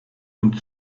und